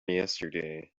yesterday